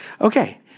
Okay